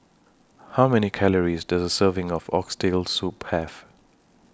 How Many Calories Does A Serving of Oxtail Soup Have